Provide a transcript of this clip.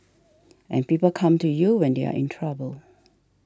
and people come to you when they are in trouble